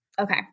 Okay